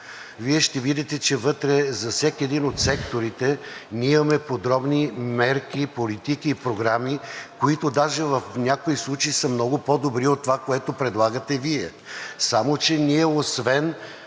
Вие ще видите, че вътре за всеки един от секторите ние имаме подробни мерки, политики и програми, които даже в някои случаи са много по-добри от това, което предлагате Вие. Само че освен